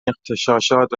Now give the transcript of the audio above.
اغتشاشات